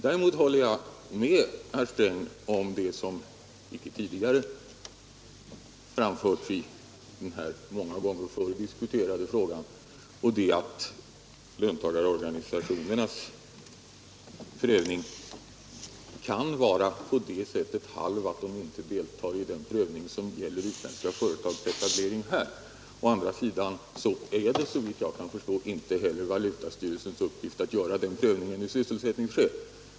Däremot håller jag med herr Sträng om det som tidigare, framförts i denna många gånger förr diskuterade fråga, nämligen att löntagarorganisationernas prövning kan vara halv, så till vida att de inte deltar i den prövning som gäller utländska företags etablering här i Sverige. Å andra sidan Nr 128 är det, såvitt jag kan förstå, inte heller valutastyrelsens uppgift att göra den prövningen av sysselsättningsskäl.